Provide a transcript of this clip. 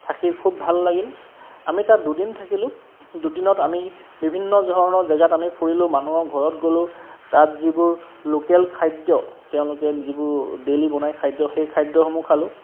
থাকি খুব ভাল লাগিল আমি তাত দুদিন থাকিলোঁ দুদিনত আমি বিভিন্ন ধৰণৰ জেগাত আমি ফুৰিলোঁ মানুহৰ ঘৰত গলোঁ তাত যিবোৰ লোকেল খাদ্য তেওঁলোকে যিবোৰ দেইলি বনাই খাদ্য সেই খাদ্যসমূহ খালোঁ